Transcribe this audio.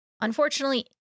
unfortunately